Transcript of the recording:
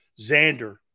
Xander